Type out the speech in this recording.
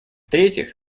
третьих